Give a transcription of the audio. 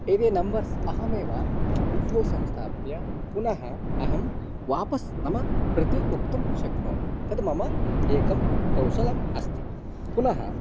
यदि नम्बर्स् अहमेव बुद्धौ संस्थाप्य पुनः अहं वापस् नम प्रति वक्तुं शक्नोमि तद् मम एकं कौशलम् अस्ति पुनः